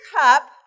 cup